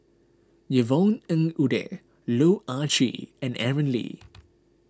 Yvonne Ng Uhde Loh Ah Chee and Aaron Lee